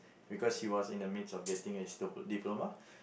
because he was in the midst of getting his d~ diploma